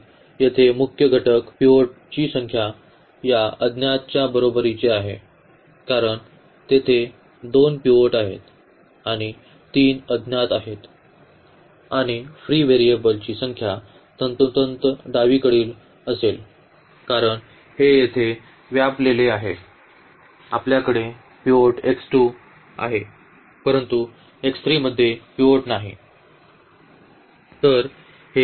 तर येथे मुख्य पिव्होट ची संख्या एका अज्ञात च्या बरोबरीची आहे कारण तेथे दोन पिव्होट आहेत आणि तीन अज्ञात आहेत आणि फ्री व्हेरिएबल ची संख्या तंतोतंत डावीकडील असेल कारण हे येथे व्यापलेले आहे आपल्याकडे पिव्होट आहे परंतु मध्ये पिव्होट नाही